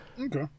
Okay